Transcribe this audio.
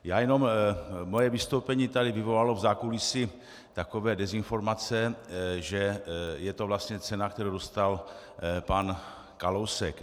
Já jen, moje vystoupení tady vyvolalo v zákulisí takové dezinformace, že je to vlastně cena, kterou dostal pan Kalousek.